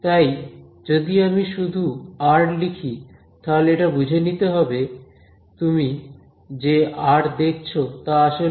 তাই যদি আমি শুধু r লিখি তাহলে এটা বুঝে নিতে হবে তুমি যে r দেখছো তা আসলে